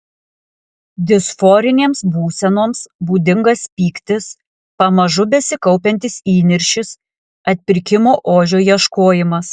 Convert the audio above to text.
disforinėms būsenoms būdingas pyktis pamažu besikaupiantis įniršis atpirkimo ožio ieškojimas